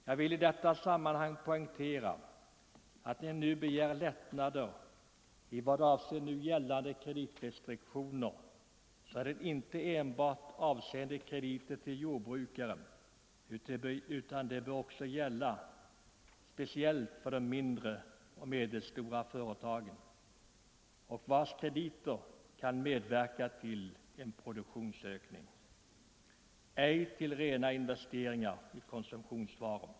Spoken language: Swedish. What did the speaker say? Jag vill i detta sammanhang poängtera att jag, när jag nu begär lättnader i gällande kreditrestriktioner, inte avser krediter enbart för jordbrukare utan speciellt för mindre och medelstora företag, vilkas krediter kan medverka till en produktionsökning, ej till investeringar i rena konsumtionsvaror.